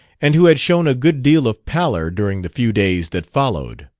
and who had shown a good deal of pallor during the few days that followed.